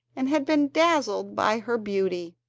and had been dazzled by her beauty.